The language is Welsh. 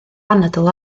anadl